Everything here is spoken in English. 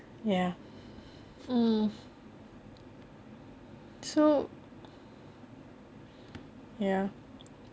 ya hmm so ya